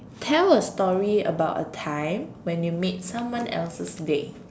tell a story about a time when you made someone else's day